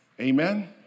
Amen